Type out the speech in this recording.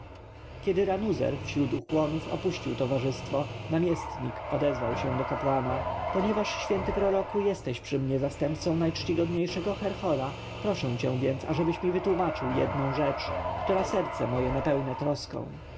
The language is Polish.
kiedy ranuzer wśród ukłonów opuścił towarzystwo namiestnik odezwał się do kapłana ponieważ święty proroku jesteś przy mnie zastępcą najczcigodniejszego herhora proszę cię więc ażebyś mi wytłomaczył jedną rzecz która serce moje napełnia troską